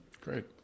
Great